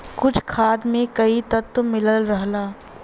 कुछ खाद में कई तत्व मिलल रहला